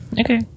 Okay